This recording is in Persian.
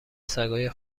سگای